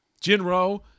Jinro